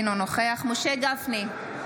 אינו נוכח משה גפני,